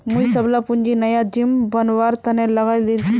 मुई सबला पूंजी नया जिम बनवार तने लगइ दील छि